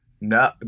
No